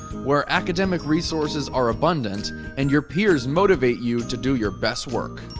where academic resources are abundant and your peers motivate you to do your best work.